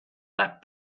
that